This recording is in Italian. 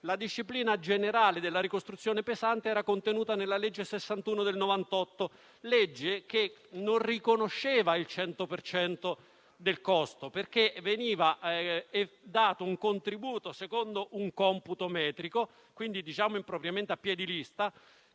La disciplina generale della ricostruzione pesante era contenuta nella legge n. 61 del 1998, che non riconosceva il 100 per cento del costo, perché veniva dato un contributo secondo un computo metrico, e quindi impropriamente a piè di lista,